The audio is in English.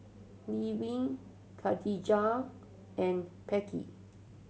Levin Khadijah and Becky